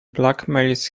blackmails